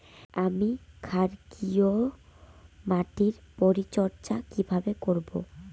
আমি ক্ষারকীয় মাটির পরিচর্যা কিভাবে করব?